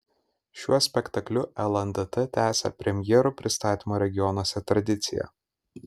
šiuo spektakliu lndt tęsia premjerų pristatymo regionuose tradiciją